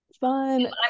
Fun